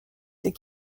ses